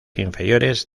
inferiores